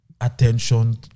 attention